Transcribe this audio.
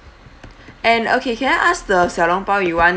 and okay can I ask the 小笼包 you want